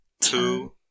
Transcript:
two